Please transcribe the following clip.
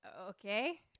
okay